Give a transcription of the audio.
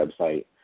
website